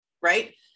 right